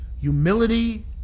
humility